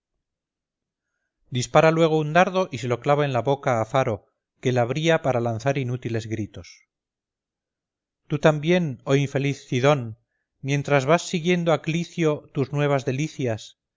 dispara luego un dardo y se lo clava en la boca a faro que la abría para lanzar inútiles gritos tú también oh infeliz cidón mientras vas siguiendo a clicio tus nuevas delicias